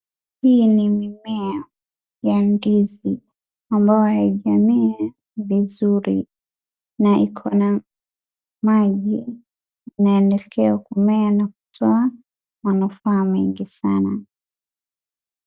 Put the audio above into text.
Hii ni mimea ya ndizi ambayo imemea vizuri, na iko na maji, na imefikiwa kumea, na kutoa manufaa mengi sana.